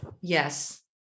Yes